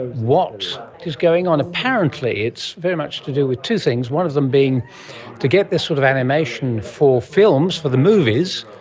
what is going on? apparently it's very much to do with two things, one of them being to get this sort of animation for films, for the movies,